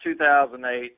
2008